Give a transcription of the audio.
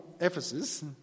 ephesus